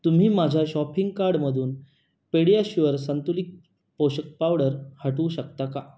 तुम्ही माझ्या शॉपिंग कार्डमधून पेडियाश्युअर संतुलित पोषक पावडर हटवू शकता का